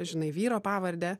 žinai vyro pavardę